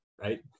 right